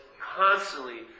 constantly